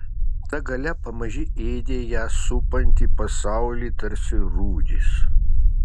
ta galia pamaži ėdė ją supantį pasaulį tarsi rūdys